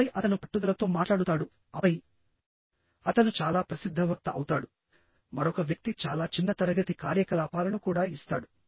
ఆపై అతను పట్టుదలతో మాట్లాడుతాడు ఆపై అతను చాలా ప్రసిద్ధ వక్త అవుతాడు మరొక వ్యక్తి చాలా చిన్న తరగతి కార్యకలాపాలను కూడా ఇస్తాడు